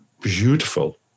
beautiful